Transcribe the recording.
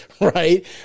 Right